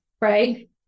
right